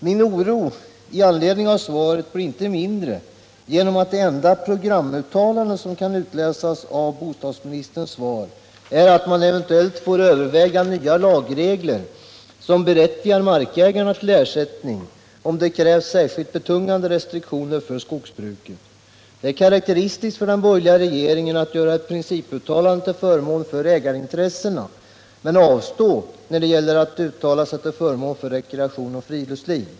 Min oro med anledning av svaret blir inte mindre genom att det enda ”programuttalande” som kan utläsas av bostadsministerns svar är, att man eventuellt får överväga nya lagregler som berättigar markägarna till ersättning, om det krävs särskilt betungande restriktioner för skogsbruket. Det är karakteristiskt för den borgerliga regeringen att göra ett principuttalande till förmån för ägarintressena men att avstå när det gäller att uttala sig till förmån för rekreation och friluftsliv.